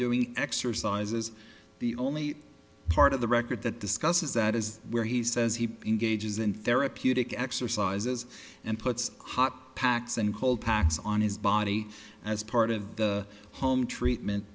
doing exercises the only part of the record that discusses that is where he says he engages in therapeutic exercises and puts hot packs and cold packs on his body as part of the home treatment